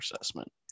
assessment